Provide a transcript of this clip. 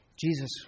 Jesus